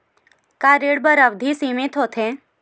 का ऋण बर अवधि सीमित होथे?